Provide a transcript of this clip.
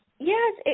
yes